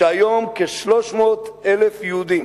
שהיום כ-300,000 יהודים